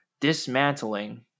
dismantling